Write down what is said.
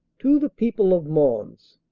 to the people of mons,